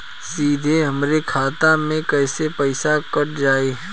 सीधे हमरे खाता से कैसे पईसा कट जाई?